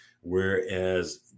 Whereas